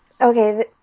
Okay